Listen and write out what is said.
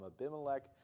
Abimelech